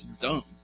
dumb